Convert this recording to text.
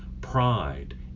Pride